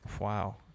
Wow